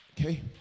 Okay